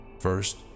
first